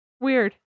Weird